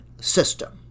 system